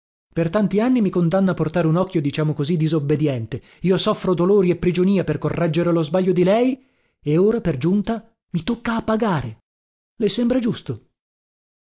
per tanti anni mi condanna a portare un occhio diciamo così disobbediente io soffro dolori e prigionia per correggere lo sbaglio di lei e ora per giunta mi tocca a pagare le sembra giusto